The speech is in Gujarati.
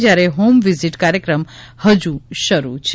જયારે હોમ વિઝીટ કાર્યક્રમ હજુ શરૂ છે